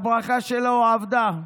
הברכה שלו עבדה,